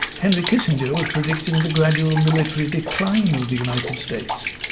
henry kissinger was predicting the gradual military decline of the united states,